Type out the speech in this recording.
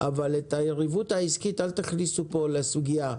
אבל את היריבות העסקית אל תכניסו פה לסוגיה,